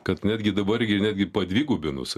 kad netgi dabar netgi padvigubinus